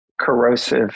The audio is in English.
corrosive